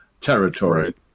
territory